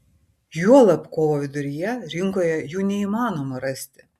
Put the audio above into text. juolab kovo viduryje rinkoje jų neįmanoma rasti